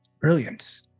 Brilliant